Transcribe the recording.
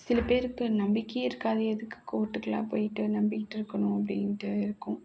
சில பேருக்கு நம்பிக்கையே இருக்காது எதுக்கு கோர்ட்டுக்கெல்லாம் போய்கிட்டு நம்பிகிட்ருக்கணும் அப்படின்ட்டு இருக்கும்